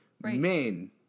Men